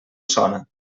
sona